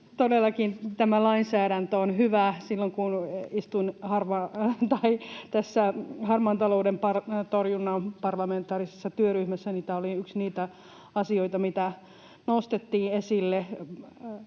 Todellakin tämä lainsäädäntö on hyvä. Silloin kun istuin harmaan talouden torjunnan parlamentaarisessa työryhmässä, niin tämä oli yksi niitä asioita, mitä nostettiin esille